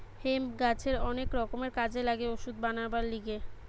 hemp গাছের অনেক রকমের কাজে লাগে ওষুধ বানাবার লিগে